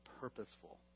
purposeful